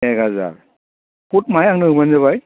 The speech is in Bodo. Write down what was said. एक हाजार सुत माहाय आंनो होब्लानो जाबाय